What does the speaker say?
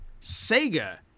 Sega